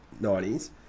90s